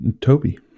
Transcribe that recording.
Toby